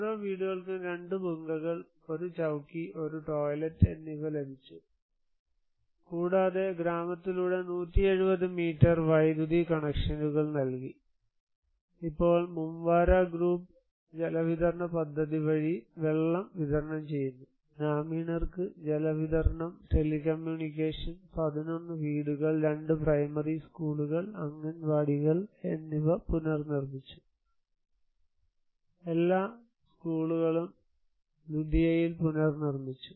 ഓരോ വീടുകൾക്കും 2 ഭുങ്കകൾ 1 ചൌക്കി ഒരു ടോയ്ലറ്റ് എന്നിവ ലഭിച്ചു കൂടാതെ ഗ്രാമത്തിലൂടെ 170 മീറ്റർ വൈദ്യുതി കണക്ഷനുകൾ നൽകി ഇപ്പോൾ മുംവാര ഗ്രൂപ്പ് ജലവിതരണ പദ്ധതി വഴി വെള്ളം വിതരണം ചെയ്യുന്നു ഗ്രാമീണർക്ക് ജലവിതരണം ടെലികമ്മ്യൂണിക്കേഷൻ 11 വീടുകൾ 2 പ്രൈമറി സ്കൂളുകൾ അംഗൻവാഡികൾ എന്നിവ പുനർനിർമിച്ചു എല്ലാ സ്കൂളുകളും ലുഡിയയിൽ പുനർനിർമിച്ചു